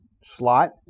slot